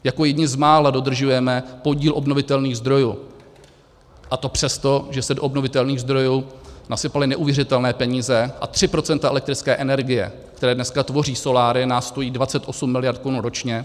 Jako jedni z mála dodržujeme podíl obnovitelných zdrojů, a to přesto, že se do obnovitelných zdrojů nasypaly neuvěřitelné peníze a 3 % elektrické energie, která dnes tvoří soláry, nás stojí 28 miliard korun ročně.